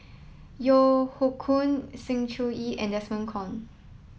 Yeo Hoe Koon Sng Choon Yee and Desmond Kon